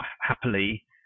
Happily